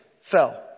fell